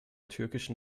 türkischen